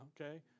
Okay